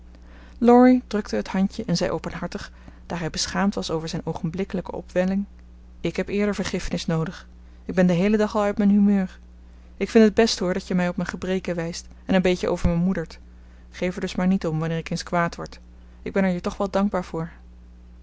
laurie drukte het handje en zei openhartig daar hij beschaamd was over zijn oogenblikkelijke opwelling ik heb eerder vergiffenis noodig ik ben den heelen dag al uit mijn humeur ik vind het best hoor dat je mij op mijn gebreken wijst en een beetje over me moedert geef er dus maar niet om wanneer ik eens kwaad word ik ben er je toch wel dankbaar voor